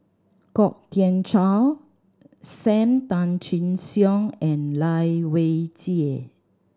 Kwok Kian Chow Sam Tan Chin Siong and Lai Weijie